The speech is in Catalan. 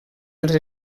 els